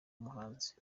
umuhanzi